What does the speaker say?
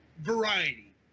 variety